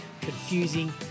confusing